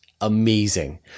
amazing